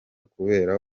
kubera